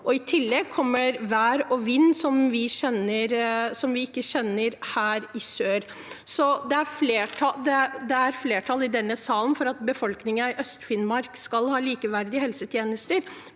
I tillegg kommer et vær og en vind som vi her i sør ikke kjenner til. Det er flertall i denne salen for at befolkningen i Øst-Finnmark skal ha likeverdige helsetjenester,